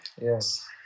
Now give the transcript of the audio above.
Yes